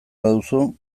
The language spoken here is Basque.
baduzu